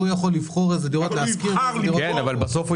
הוא יכול לבחור איזה דירות להשכיר ואיזה --- כן